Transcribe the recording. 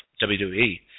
WWE